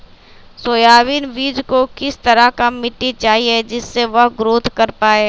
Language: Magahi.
सोयाबीन बीज को किस तरह का मिट्टी चाहिए जिससे वह ग्रोथ कर पाए?